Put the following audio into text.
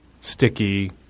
sticky